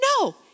No